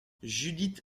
judith